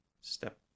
step